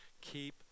keep